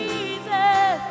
Jesus